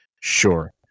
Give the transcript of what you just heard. sure